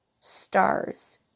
stars